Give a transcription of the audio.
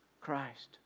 Christ